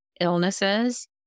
illnesses